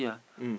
mm